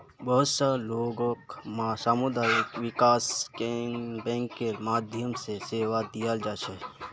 बहुत स लोगक सामुदायिक विकास बैंकेर माध्यम स सेवा दीयाल जा छेक